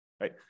right